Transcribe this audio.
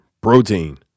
protein